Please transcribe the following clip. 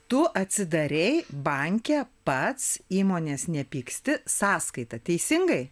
tu atisidarei banke pats įmonės nepyksti sąskaitą teisingai